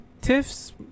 Tiff's